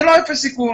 זה לא אפס סיכון,